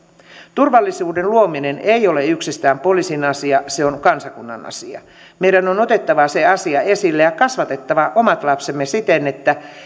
turvallisuuden luominen ei ole yksistään poliisin asia se on kansakunnan asia meidän on otettava se asia esille ja kasvatettava omat lapsemme siten että